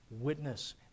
witness